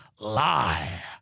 lie